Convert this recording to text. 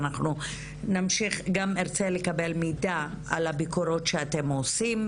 ואנחנו נמשיך גם ארצה לקבל מידע על הביקורות שאתם עושים,